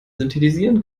synthetisieren